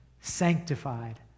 sanctified